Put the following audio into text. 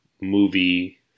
movie